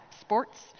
sports